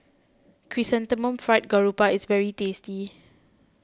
Chrysanthemum Fried Garoupa is very tasty